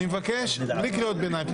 אני מבקש, בלי קריאות ביניים.